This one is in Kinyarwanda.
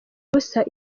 ubusa